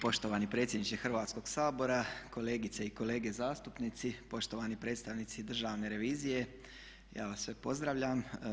Poštovani predsjedniče Hrvatskog sabora, kolegice i kolege zastupnici, poštovani predstavnici Državne revizije ja vas sve pozdravljam.